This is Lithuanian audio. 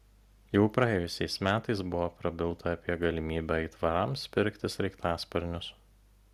jau praėjusiais metais buvo prabilta apie galimybę aitvarams pirkti sraigtasparnius